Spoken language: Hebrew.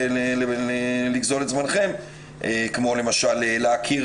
בנוסף לכך, להכיר